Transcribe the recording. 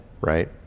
right